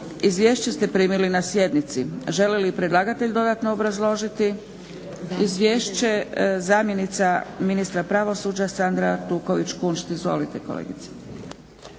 Izvješće ste primili na sjednici. Želi li predlagatelj dodatno obrazložiti izvješće? Zamjenica ministra pravosuđa Sandra Artuković Kunšt. Izvolite kolegice.